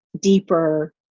deeper